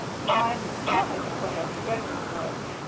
my, my what a dreadful noise!